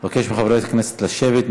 אני מבקש מחברי הכנסת לשבת.